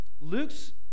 Luke's